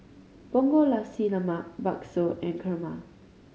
Punggol Nasi Lemak bakso and kurma